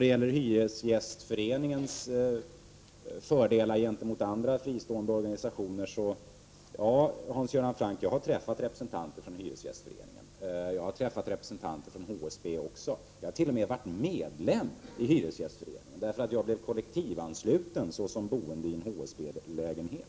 Vad gäller Hyresgästföreningens fördelar gentemot andra fristående organisationer kan jag säga till Hans Göran Franck att jag har träffat representanter för Hyresgästföreningen. Jag har också träffat representanter för HSB. Jag har t.o.m. varit medlem i Hyresgästföreningen, eftersom jag blev kollektivansluten såsom boende i en HSB-lägenhet.